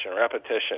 repetition